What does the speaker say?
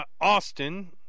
Austin